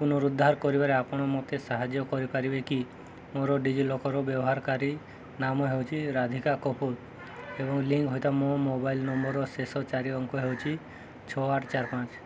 ପୁନରୁଦ୍ଧାର କରିବାରେ ଆପଣ ମୋତେ ସାହାଯ୍ୟ କରିପାରିବେ କି ମୋର ଡି ଜି ଲକର୍ ବ୍ୟବହାରକାରୀ ନାମ ହେଉଛି ରାଧିକା କପୁର ଏବଂ ଲିଙ୍କ୍ ହେଇଥିବା ମୋ ମୋବାଇଲ୍ ନମ୍ବର୍ର ଶେଷ ଚାରି ଅଙ୍କ ହେଉଛି ଛଅ ଆଠ ଚାରି ପାଞ୍ଚ